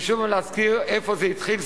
ושוב להזכיר איפה זה התחיל,